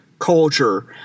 culture